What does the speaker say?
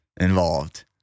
involved